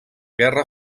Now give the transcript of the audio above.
guerra